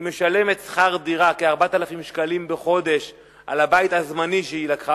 היא משלמת שכר דירה כ-4,000 שקלים בחודש על הבית הזמני שהיא לקחה,